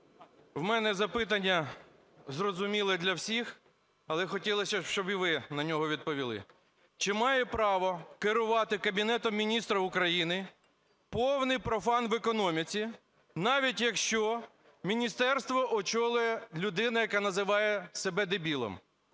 У мене запитання зрозуміле для всіх, але хотілося, щоб і ви на нього відповіли. Чи має право керувати Кабінетом Міністрів України повний профан в економіці, навіть якщо міністерство очолює людина, яка називає себе дебілом?